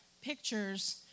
pictures